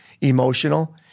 emotional